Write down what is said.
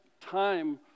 time